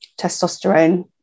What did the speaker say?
testosterone